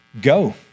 go